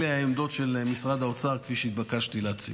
אלה העמדות של משרד האוצר כפי שהתבקשתי להציג.